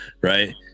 right